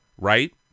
Right